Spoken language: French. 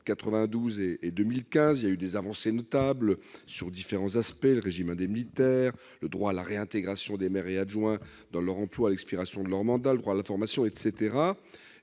et nous pouvons relever des avancées notables sur différents aspects- régime indemnitaire, droit à la réintégration des maires et adjoints dans leur emploi à l'expiration de leur mandat, droit à la formation ...